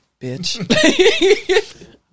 bitch